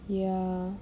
ya